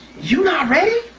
you not ready.